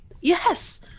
Yes